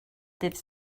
dydd